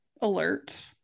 alert